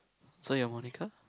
so you're Monica